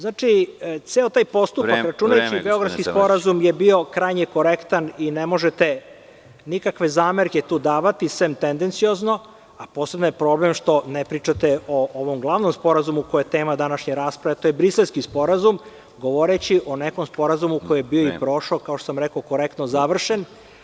Znači, ceo taj postupak, računajući i Beogradski sporazum, je bio krajnje korektan i ne može nikakve zamerke tu davati, sem tendenciozno, a poseban je problem što ne pričate o ovom glavnom sporazumu koji je tema današnje rasprave, a to je Briselski sporazum, govoreći o nekom sporazumu koji je bio i prošao i koji je, kao što sam rekao, korektno završen.